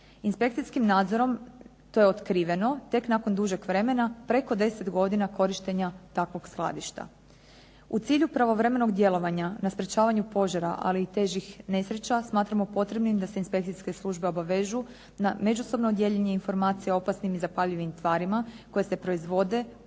Inspekcijskim nadzorom to je otkriveno tek nakon dužeg vremena preko 10 godina korištenja takvog skladišta. U cilju pravovremenog djelovanja na sprečavanju požara, ali i težih nesreća, smatramo potrebnim da se inspekcijske službe obavežu na međusobno dijeljenje informacija o opasnim i zapaljivim tvarima koje se proizvode, uvoze